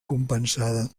compensada